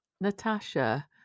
natasha